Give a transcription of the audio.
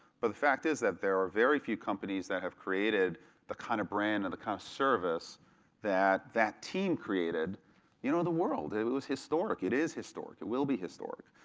but the fact is that there are very few companies that have created the kind of brand and the kind of service that that team created in you know the world. it was historic, it is historic, it will be historic.